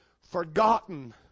Forgotten